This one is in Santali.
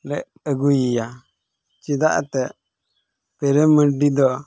ᱞᱮ ᱟᱹᱜᱩᱭᱟ ᱪᱮᱫᱟᱜ ᱮᱱᱛᱮᱫ ᱯᱨᱮᱢ ᱢᱟᱹᱨᱰᱤ ᱫᱚ